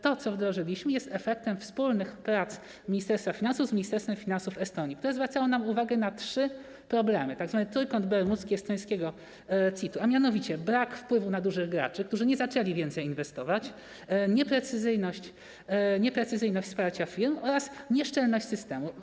To, co wdrożyliśmy, jest efektem wspólnych prac Ministerstwa Finansów z Ministerstwem Finansów Estonii, które zwracało nam uwagę na trzy problemy, tzw. trójkąt bermudzki estońskiego CIT-u, a mianowicie: brak wpływu na dużych graczy, którzy nie zaczęli więcej inwestować, nieprecyzyjność wsparcia firm oraz nieszczelność systemu.